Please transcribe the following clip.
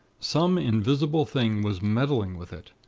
some invisible thing was meddling with it.